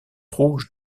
rouge